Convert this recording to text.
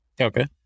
Okay